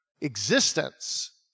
existence